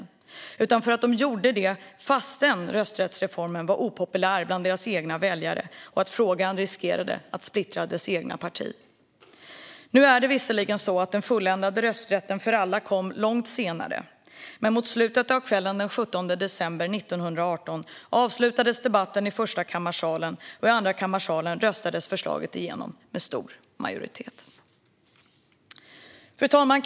Det är den för att de gjorde det trots att rösträttsreformen var impopulär bland deras egna väljare och trots att frågan riskerade att splittra deras eget parti. Nu är det visserligen så att den fulländade rösträtten för alla kom långt senare. Men mot slutet av kvällen den 17 december 1918 avslutades debatten i Förstakammarsalen, och i Andrakammarsalen röstades förslaget igenom med stor majoritet. Fru talman!